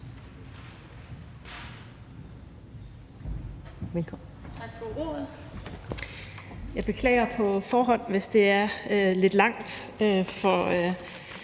(SF): Tak for ordet. Jeg beklager på forhånd, hvis det er lidt langt, for